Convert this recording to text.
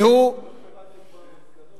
והוא